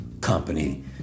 company